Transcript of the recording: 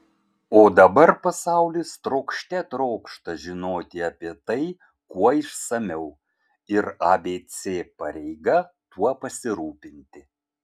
o dabar pasaulis trokšte trokšta žinoti apie tai kuo išsamiau ir abc pareiga tuo pasirūpinti